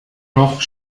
noch